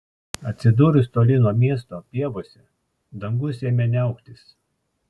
atsidūrus toli nuo miesto pievose dangus ėmė niauktis